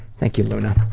thank you, luna.